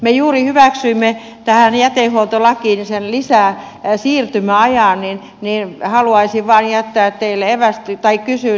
me juuri hyväksyimme tähän jätehuoltolakiin sen lisää siirtymäajan niin ei haluaisi lisäsiirtymäajan joten haluaisin vain kysyä